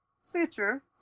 Stitcher